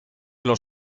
los